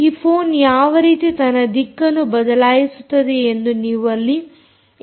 ಈ ಫೋನ್ ಯಾವ ರೀತಿ ತನ್ನ ದಿಕ್ಕನ್ನು ಬದಲಾಯಿಸುತ್ತದೆ ಎಂದು ನೀವು ಇಲ್ಲಿ ನೋಡಬಹುದು